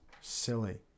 silly